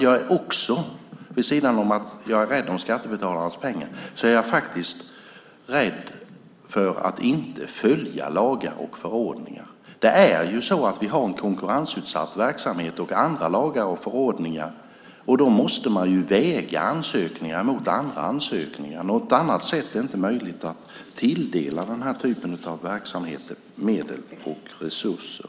Jag är inte bara rädd om skattebetalarnas pengar, jag är också rädd för att inte följa lagar och förordningar. Vi har ju en konkurrensutsatt verksamhet och andra lagar och förordningar. Då måste man väga ansökningar mot varandra. Något annat sätt är inte möjligt när man ska tilldela den här typen av verksamhet medel och resurser.